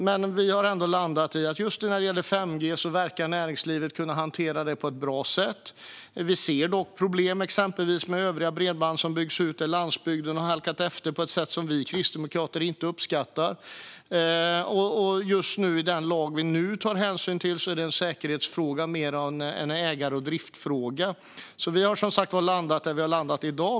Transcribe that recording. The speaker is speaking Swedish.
Vi har som sagt ändå landat i att just när det gäller 5G verkar näringslivet kunna hantera det på ett bra sätt. Vi ser dock problem, exempelvis med övriga bredband som byggs ut, där landsbygden har halkat efter på ett sätt som vi kristdemokrater inte uppskattar. Just nu, i den lag vi nu tar hänsyn till, är det en säkerhetsfråga mer än en ägar och driftsfråga. Vi har som sagt landat där vi har landat i dag.